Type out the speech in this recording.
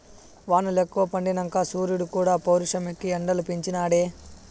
వానలెక్కువ పడినంక సూరీడుక్కూడా పౌరుషమెక్కి ఎండలు పెంచి నాడే